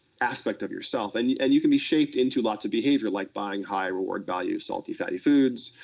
aspect of yourself, and yeah and you can be shaped into lots of behavior. like buying high-reward value, salty, fatty foods,